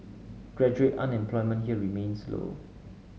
graduate unemployment here remains low